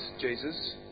Jesus